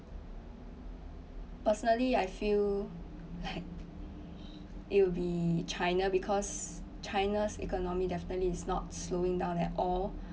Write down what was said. personally I feel like it will be china because china's economy definitely is not slowing down at all